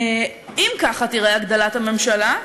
אם ככה תיראה הגדלת הממשלה,